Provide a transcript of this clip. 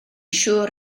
siŵr